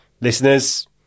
listeners